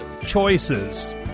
Choices